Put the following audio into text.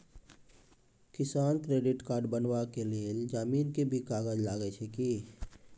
किसान credit card बनबा के लेल जमीन के भी कागज लागै छै कि?